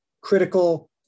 critical